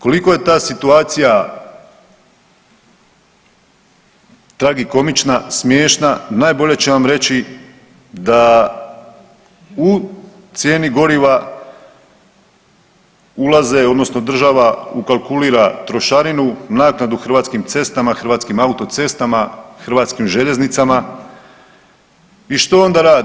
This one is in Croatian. Koliko je ta situacija, tragikomična, smiješna, najbolje će vam reći da u cijeni goriva ulaze, odnosno država ukalkulira trošarinu, naknadu Hrvatskim cestama, Hrvatskim autocestama, Hrvatskim željeznicama i što onda radi.